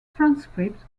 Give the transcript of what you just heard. transcripts